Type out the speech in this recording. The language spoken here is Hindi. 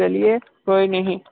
चलिए कोई नहीं